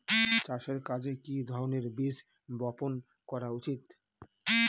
চাষের কাজে কি ধরনের বীজ বপন করা উচিৎ?